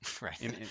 Right